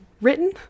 written